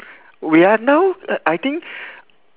we are now uh I think